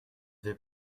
vais